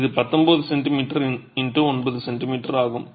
இது 19 cm x 9 cm ஆகும்